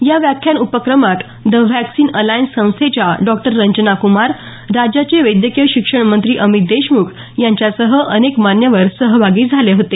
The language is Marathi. या व्याख्यान उपक्रमात द व्हॅकसिन्स अलायन्स संस्थेच्या डॉ रंजना कुमार राज्याचे वैद्यकीय शिक्षण मंत्री अमित देशमुख यांच्यासह अनेक मान्यवर सहभागी झाले होते